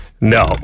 No